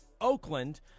Oakland